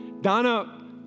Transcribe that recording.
Donna